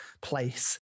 place